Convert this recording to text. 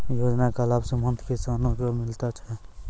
योजना का लाभ सीमांत किसानों को मिलता हैं?